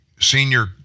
senior